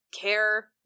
care